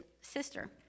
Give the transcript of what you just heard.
sister